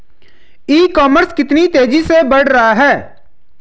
ई commerce कितनी तेजी से बढ़ रहा है?